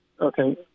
Okay